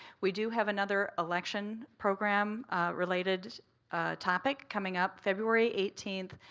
we do have another election program related topic coming up february eighteenth,